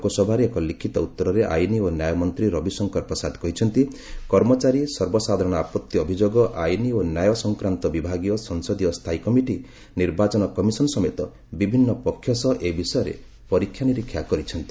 ଲୋକସଭାରେ ଏକ ଲିଖିତ ଉତ୍ତରେ ଆଇନ ଓ ନ୍ୟାୟ ମନ୍ତ୍ରୀ ରବିଶଙ୍କର ପ୍ରସାଦ କହିଛନ୍ତି କର୍ମଚାରୀ ସର୍ବସାଧାରଣ ଆପତ୍ତି ଅଭିଯୋଗ ଆଇନ ଓ ନ୍ୟାୟ ସଂକ୍ରାନ୍ତ ବିଭାଗୀୟ ସଂସଦୀୟ ସ୍ଥାୟୀ କମିଟି' ନିର୍ବାଚନ କମିଶନ ସମେତ ବିଭିନ୍ନ ପକ୍ଷ ସହ ଏ ବିଷୟରେ ପରୀକ୍ଷା ନିରୀକ୍ଷା କରିଛନ୍ତି